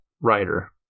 writer